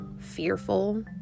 fearful